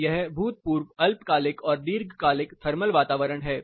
तो यह भूतपूर्व अल्पकालिक और दीर्घकालिक थर्मल वातावरण है